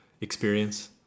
experience